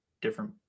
different